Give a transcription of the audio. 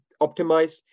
optimized